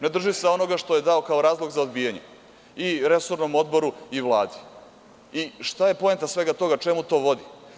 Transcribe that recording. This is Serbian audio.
Ne drži se onoga što je dao kao razlog za odbijanje i resornom odboru i Vladi, i šta je poenta svega toga, čemu to vodi?